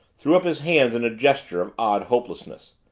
threw up his hands in a gesture of odd hopelessness.